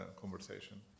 conversation